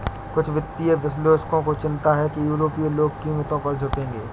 कुछ वित्तीय विश्लेषकों को चिंता थी कि यूरोपीय लोग कीमतों पर झुकेंगे